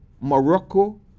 Morocco